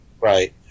Right